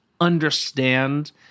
understand